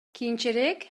кийинчерээк